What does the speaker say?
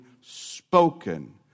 spoken